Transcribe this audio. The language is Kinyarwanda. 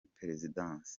perezidansi